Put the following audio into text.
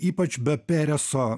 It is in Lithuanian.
ypač be pereso